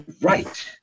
right